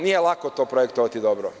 Nije lako to projektovati dobro.